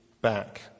back